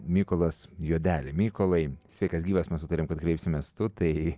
mykolas juodelė mykolai sveikas gyvas mes sutarėm kad kreipsimės tu tai